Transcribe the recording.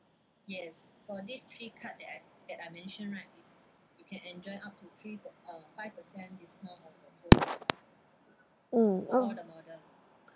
mm o~